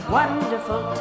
wonderful